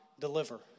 deliver